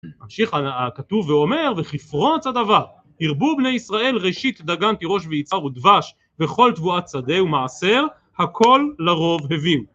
ממשיך הכתוב ואומר, וכפרוץ הדבר, הרבו בני־ישראל ראשית דגן, תירוש, ויצהר, ודבש, וכל תבואת שדה, ומעשר - הכל לרב הביאו.